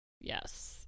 Yes